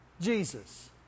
Jesus